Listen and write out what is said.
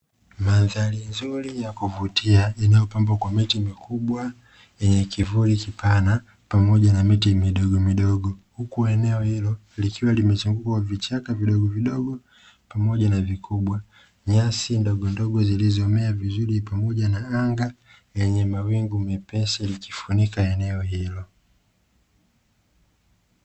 Mandhari nzuri ya kuvutia inayopambwa kwa miti mikubwa yenye kivuli kipana, pamoja na miti midogomidogo, huku eneo hilo likiwa limechipua vichaka vidogovidogo pamoja na vikubwa nyasi ndogondogo zilizo mea vizuri pamoja na anga lenye mawingu mepesi likifunika eneo hilo.